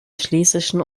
schlesischen